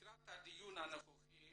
לקראת הדיון הנוכחי